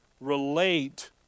relate